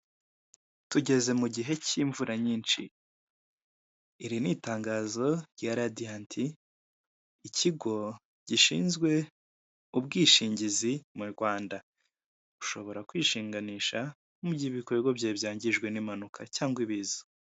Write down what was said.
Tugeze mu gihe cy'imvura nyinshyi, iri ni itangazo rya Radiyanti, ikigo gishinzwe ubwishingizi mu Rwanda. Ushobora kwishinganisha mu gihe ibikorwa byawe byangijwe n'impanuka cgangwa ibiza.